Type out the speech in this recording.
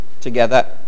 together